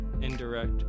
indirect